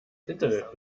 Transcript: internet